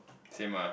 same ah